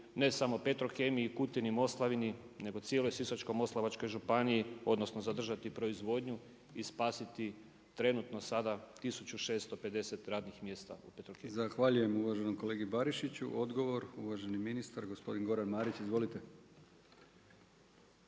ne samo Petrokemiji, Kutini, Moslavini nego cijeloj Sisačko-moslavačkoj županiji odnosno zadržati proizvodnju i spasiti trenutno sada 1650 radnih mjesta u Petrokemiji? **Brkić, Milijan (HDZ)** Zahvaljujem uvaženom kolegi Barišiću. Odgovor uvaženi ministar gospodin Goran Marić. Izvolite.